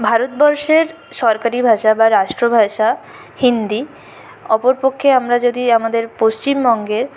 ভারতবর্ষের সরকারি ভাষা বা রাষ্ট্র ভাষা হিন্দি অপর পক্ষে আমরা যদি আমাদের পশ্চিমবঙ্গের